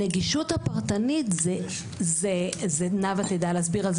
הנגישות הפרטנית נאוה תדע להסביר על זה